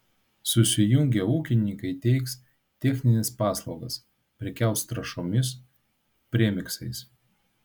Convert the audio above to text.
susijungę ūkininkai teiks technines paslaugas prekiaus trąšomis premiksais